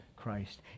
Christ